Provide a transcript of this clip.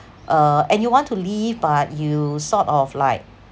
uh and you want to leave but you sort of like